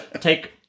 take